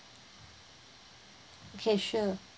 okay sure